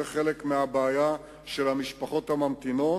זה חלק מהבעיה של המשפחות הממתינות.